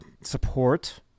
support